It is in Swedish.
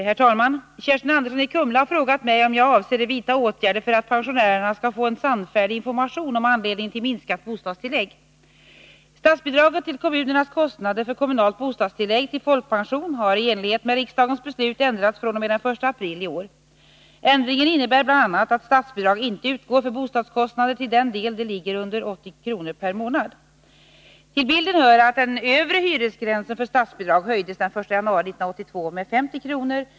Herr talman! Kerstin Andersson i Kumla har frågat mig om jag avser vidta åtgärder för att pensionärerna skall få en sannfärdig information om anledningen till minskat bostadstillägg. Statsbidraget till kommunernas kostnader för kommunalt bostadstillägg till folkpension har i enlighet med riksdagens beslut ändrats fr.o.m. den 1 aprili år. Ändringen innebär bl.a. att statsbidrag inte utgår för bostadskostnader till den del de ligger under 80 kr. per månad. Till bilden hör att den övre hyresgränsen för statsbidrag höjdes den 1 januari 1982 med 50 kr.